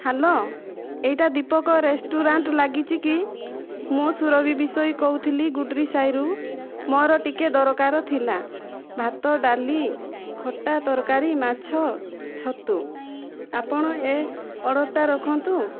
hello ଏହିଟା Deepak restaurant ଲାଗିଛିକି ମୁଁ ସୁରଭି ବିଶୋଇ କହୁଥିଲି ଗୁଡ଼ୁରି ସାହିରୁ ମୋର ଟିକେ ଦରକାର ଥିଲା ଭାତ ଡାଲି ଖଟା ତରକାରି ମାଛ ଛତୁ ଆପଣ ଏ ଅର୍ଡ଼ର୍ ଟା ରଖନ୍ତୁ